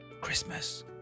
Christmas